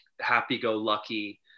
happy-go-lucky